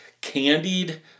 Candied